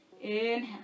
Inhale